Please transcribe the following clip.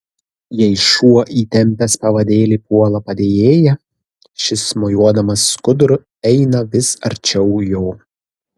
jei šuo įtempęs pavadėlį puola padėjėją šis mojuodamas skuduru eina vis arčiau jo